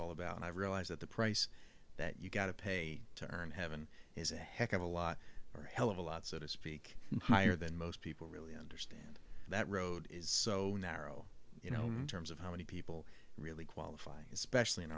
all about and i realize that the price that you've got to pay to earn heaven is a heck of a lot more a hell of a lot so to speak higher than most people really and that road is so narrow you know terms of how many people really qualify especially in